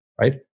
right